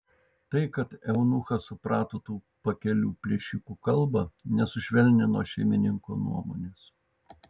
tai kad eunuchas suprato tų pakelių plėšikų kalbą nesušvelnino šeimininko nuomonės